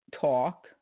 talk